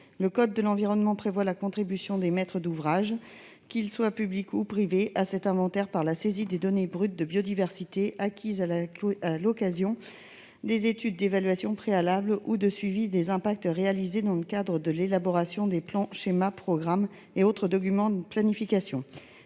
Le code de l'environnement prévoit la contribution des maîtres d'ouvrage, qu'ils soient publics ou privés, à cet inventaire, par la saisie des données brutes de biodiversité acquises à l'occasion des études d'évaluation préalables ou de suivi des impacts réalisées dans le cadre de l'élaboration des plans, schémas, programmes et autres documents de planification.